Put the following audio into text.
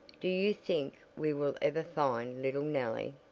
do you think we will ever find little nellie?